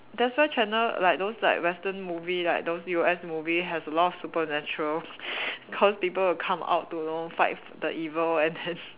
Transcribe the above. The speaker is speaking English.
that's why channel like those like Western movie like those U_S movie has a lot of supernatural cause people will come up to know fight the evil and then